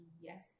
yes